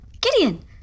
Gideon